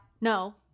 no